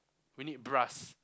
we need brass